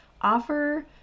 offer